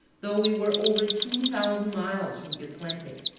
though we were over two thousand miles from the atlantic.